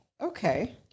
Okay